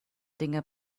dinge